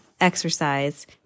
exercise